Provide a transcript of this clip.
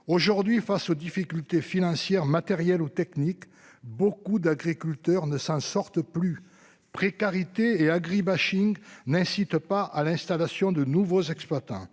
aujourd'hui face aux difficultés financières, matérielles ou techniques, beaucoup d'agriculteurs ne s'en sortent plus. Précarité et agree bashing n'incite pas à l'installation de nouveaux exploitants